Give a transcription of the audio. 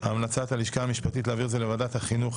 המלצת הלשכה המשפטית היא להעביר את זה לוועדת החינוך,